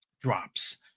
drops